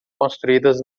construídas